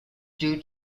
due